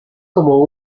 como